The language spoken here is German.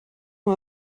mal